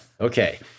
okay